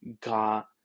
got